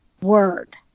word